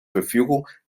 verfügung